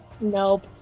Nope